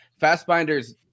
fastbinder's